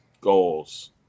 goals